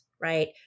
right